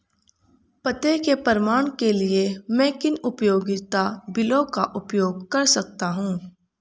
पते के प्रमाण के लिए मैं किन उपयोगिता बिलों का उपयोग कर सकता हूँ?